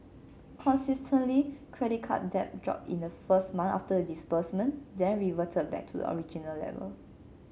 consistently credit card debt dropped in the first months after the disbursement then reverted back to the original level